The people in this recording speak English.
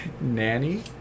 Nanny